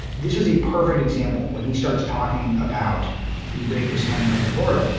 this was a perfect example when he starts talking about the rapists coming over the border.